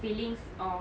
feelings of